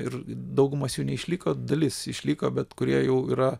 ir daugumas jų neišliko dalis išliko bet kurie jau yra